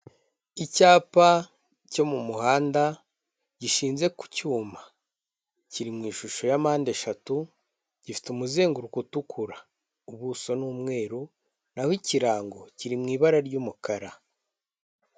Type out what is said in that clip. Icyapa cyo mu muhanda, gishinze ku cyuma, kiri mu ishusho ya mpande eshatu, gifite umuzenguruko utukura, ubuso ni umweru, naho ikirango kiri mu ibara ry'umukara.